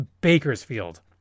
Bakersfield